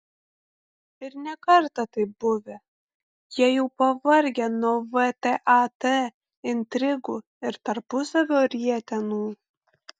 ir ne kartą taip buvę jie jau pavargę nuo vtat intrigų ir tarpusavio rietenų